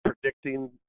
predicting